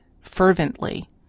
fervently